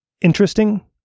interesting